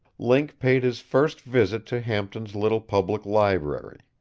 link paid his first visit to hampton's little public library.